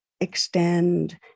extend